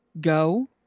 go